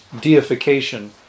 deification